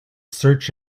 search